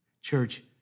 Church